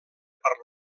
per